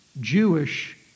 Jewish